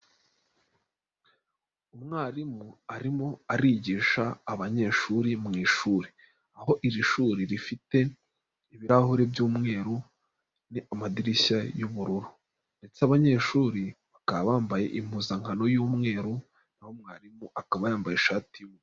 Umwarimu arimo arigisha abanyeshuri mu ishuri. Aho iri shuri rifite, ibirahuri by'umweru, ni amadirishya y'ubururu, ndetse abanyeshuri bakaba bambaye impuzankano y'umweru, naho mwarimu akaba yambaye ishati y'ubururu.